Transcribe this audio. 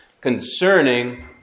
concerning